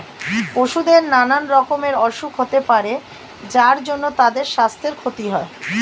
পশুদের নানা রকমের অসুখ হতে পারে যার জন্যে তাদের সাস্থের ক্ষতি হয়